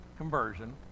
conversion